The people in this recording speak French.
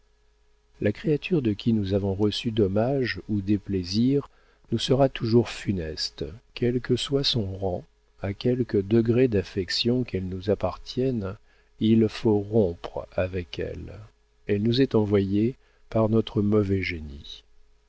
la créature de qui nous avons reçu dommage ou déplaisir nous sera toujours funeste quel que soit son rang à quelque degré d'affection qu'elle nous appartienne il faut rompre avec elle elle nous est envoyée par notre mauvais génie